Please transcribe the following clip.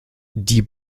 die